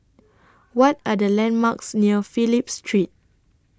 What Are The landmarks near Phillip Street